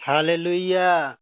Hallelujah